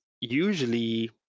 usually